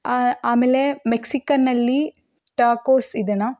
ಆಮೇಲೆ ಮೆಕ್ಸಿಕನಲ್ಲಿ ಟಾಕೋಸ್ ಇದೆಯಾ